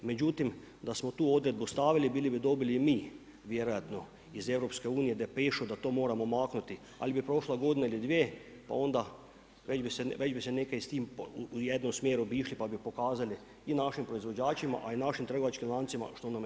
Međutim, da smo tu odredbu stavili bili bi dobili i mi, vjerojatno iz EU da pišu da to moramo maknuti, ali bi prošla godina ili dvije pa onda, već bi se nekaj s time, u jednom smjeru bi išli pa bi pokazali i našim proizvođačima a i našim trgovačkim lancima što nam je namjera.